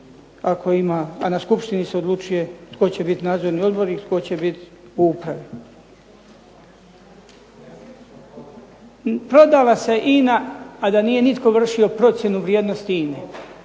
a na skupštini se odlučuje tko će biti nadzorni odbor i tko će biti u upravi. Prodala se INA a da nije nitko vršio procjenu vrijednosti INA-e,